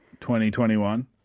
2021